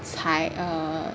才 err